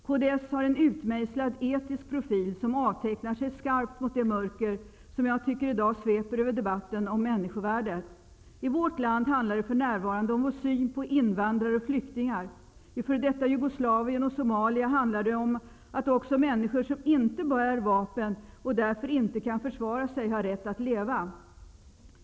Kds har en utmejslad etisk profil, som avtecknar sig skarpt mot det mörker som jag tycker i dag sveper över debatten om människovärdet. I vårt land handlar det för närvarande om vår syn på invandrare och flyktingar. I f.d. Jugoslavien och i Somalia handlar det om att också människor som inte bär vapen och därför inte kan försvara sig har rätt att leva.